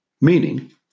meaning